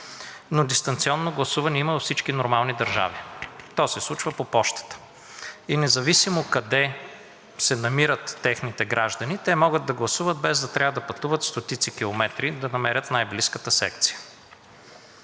но дистанционно гласуване има във всички нормални държави. То се случва по пощата. Независимо къде се намират техните граждани, те могат да гласуват, без да трябва да пътуват стотици километри да намерят най-близката секция.